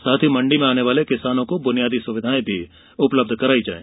साथ ही मण्डी में आने वाले किसानों को बुनियादी सुविधाऐं उपलब्ध कराई जायें